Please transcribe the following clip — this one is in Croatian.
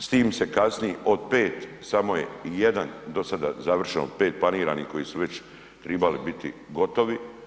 S tim se kasni od 5 samo je 1 dosada završen, od 5 planiranih koji su već tribali biti gotovi.